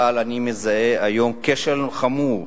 אבל היום אני מזהה כשל חמור,